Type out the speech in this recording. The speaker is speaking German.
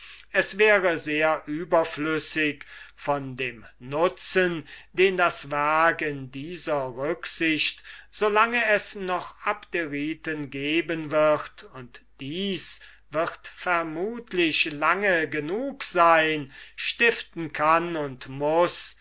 es wäre sehr überflüssig von dem nutzen den das werk in dieser rücksicht so lange als es noch abderiten geben wird und dies wird vermutlich sehr lange sein stiften kann und muß